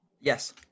Yes